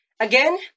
Again